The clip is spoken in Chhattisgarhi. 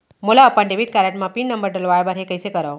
मोला अपन डेबिट कारड म पिन नंबर डलवाय बर हे कइसे करव?